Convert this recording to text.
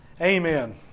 Amen